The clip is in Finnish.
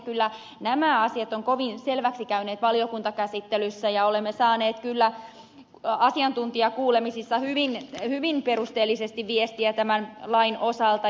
kyllä nämä asiat ovat kovin selväksi käyneet valiokuntakäsittelyssä ja olemme saaneet kyllä asiantuntijakuulemisissa hyvin perusteellisesti viestiä tämän lain osalta